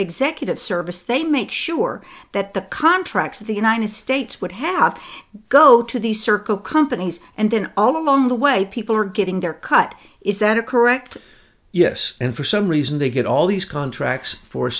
executive service they make sure that the contracts of the united states would have to go to the circle companies and then all along the way people are getting their cut is that a correct yes and for some reason they get all these contracts for